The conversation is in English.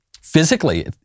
Physically